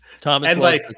Thomas